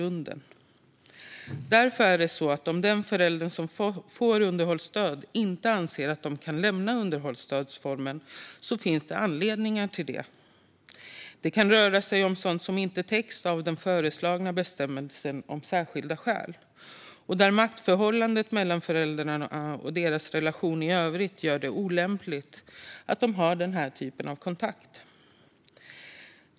Om den förälder som får underhållsstöd inte anser att man kan lämna underhållsstödsformen finns det anledningar till det. Det kan röra sig om sådant som inte täcks av den föreslagna bestämmelsen om särskilda skäl. Maktförhållandet mellan föräldrarna och deras relation i övrigt kan också göra det olämpligt att ha den typen av kontakt.